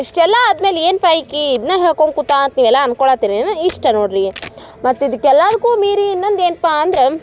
ಇಷ್ಟೆಲ್ಲ ಆದ ಮೇಲೆ ಏನಪ್ಪ ಈಕೆ ಇದನ್ನ ಹೇಳ್ಕೊಂತ ಕೂತಾಳೆ ಅಂತ ನೀವೆಲ್ಲ ಅಂದ್ಕೊಳಾತೀರ್ ಏನು ಇಷ್ಟೇ ನೋಡಿರಿ ಮತ್ತು ಇದಕ್ಕೆ ಎಲ್ಲದ್ಕೂ ಮೀರಿ ಇನ್ನೊಂದು ಏನಪ್ಪ ಅಂದ್ರೆ